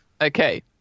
okay